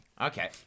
Okay